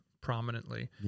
prominently